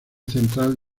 central